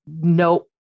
no